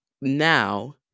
now